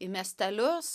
į miestelius